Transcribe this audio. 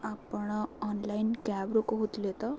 ଆପଣ ଅନ୍ଲାଇନ୍ କ୍ୟାବ୍ରୁୁ କହୁଥିଲେ ତ